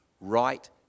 right